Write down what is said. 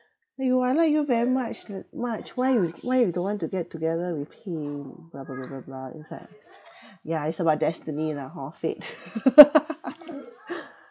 !aiyo! I like you very much l~ much why you why you don't want to get together with him blah blah blah blah blah it's like ya it's about destiny lah hor fate